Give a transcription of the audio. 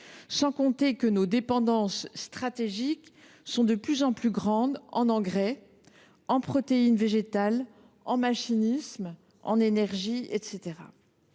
le fait que nos dépendances stratégiques sont de plus en plus grandes en matière d’engrais, de protéines végétales, de machinisme, d’énergie, etc.